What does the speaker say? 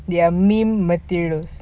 they are meme materials